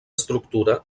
estructura